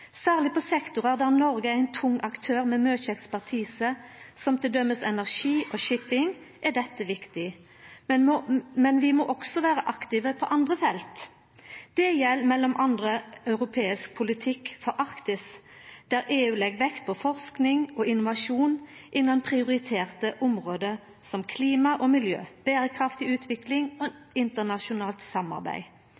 Særleg i sektorar der Noreg er ein tung aktør med mykje ekspertise, som t.d. energi og shipping, er dette viktig. Men vi må òg vera aktive på andre felt. Det gjeld m.a. europeisk politikk for Arktis, der EU legg vekt på forsking og innovasjon innan prioriterte område som klima og miljø, berekraftig utvikling og